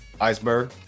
Iceberg